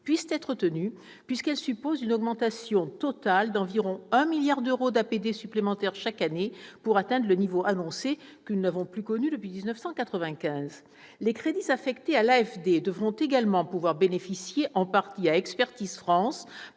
puisse être tenue. En effet, il faut une augmentation totale d'environ 1 milliard d'euros d'APD supplémentaire chaque année pour atteindre le niveau annoncé, que nous n'avons plus connu depuis 1995. Les crédits affectés à l'AFD devront également pouvoir bénéficier en partie à Expertise France,